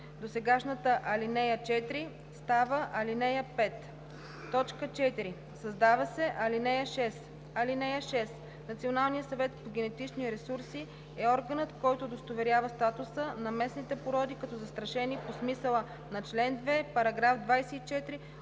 Досегашната ал. 4 става ал. 5. 4. Създава се ал. 6: „(6) Националният съвет по генетични ресурси е органът, който удостоверява статуса на местните породи като застрашени по смисъла на чл. 2, параграф 24